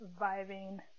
Vibing